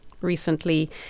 recently